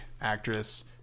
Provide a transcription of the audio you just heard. actress